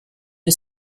for